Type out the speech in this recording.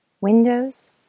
windows